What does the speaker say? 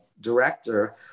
director